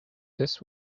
this